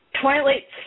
Twilight